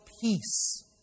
peace